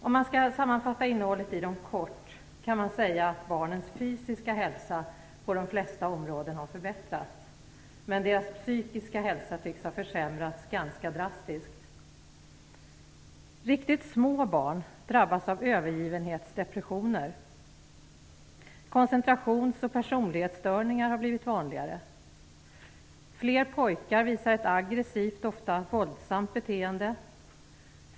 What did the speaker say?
Om man skall sammanfatta innehållet i dem kort kan man säga att barnens fysiska hälsa på de flesta områden har förbättrats, men deras psykiska hälsa tycks ha försämrats ganska drastiskt. Riktigt små barn drabbas av övergivenhetsdepressioner. Koncentrations och personlighetsstörningar har blivit vanligare. Fler pojkar visar ett aggressivt och ofta våldsamt beteende.